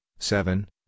Seven